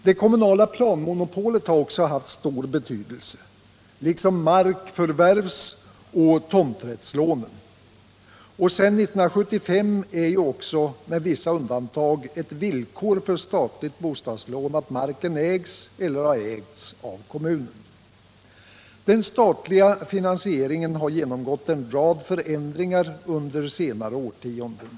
Det kommunala planmonopolet har också haft stor betydelse liksom markförvärvsoch tomträttslånen. Sedan 1975 är också, med vissa undantag, ett villkor för statligt bostadslån att marken ägs eller har ägts av kommunen. Den statliga finansieringen har genomgått en rad förändringar under senare årtionden.